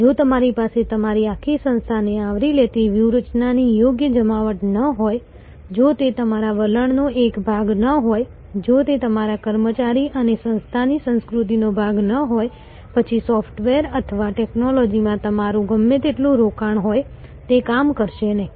જો તમારી પાસે તમારી આખી સંસ્થાને આવરી લેતી વ્યૂહરચનાની યોગ્ય જમાવટ ન હોય જો તે તમારા વલણનો એક ભાગ ન હોય જો તે તમારા કર્મચારી અને સંસ્થાની સંસ્કૃતિનો ભાગ ન હોય પછી સોફ્ટવેર અથવા ટેક્નોલોજીમાં તમારું ગમે તેટલું રોકાણ હોય તે કામ કરશે નહીં